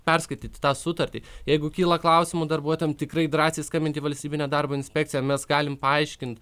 perskaityti tą sutartį jeigu kyla klausimų darbuotojam tikrai drąsiai skambinti į valstybinę darbo inspekciją mes galim paaiškint